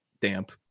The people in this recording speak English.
damp